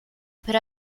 per